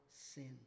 sin